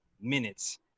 minutes